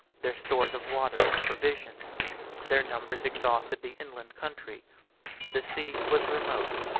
their stores of water and provision their numbers exhausted the inland country the sea was remote,